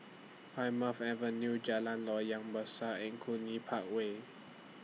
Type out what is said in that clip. Plymouth Avenue Jalan Loyang Besar and Cluny Park Way